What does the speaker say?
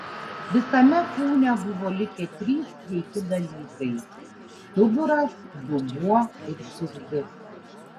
visame kūne buvo likę trys sveiki dalykai stuburas dubuo ir širdis